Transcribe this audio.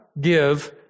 give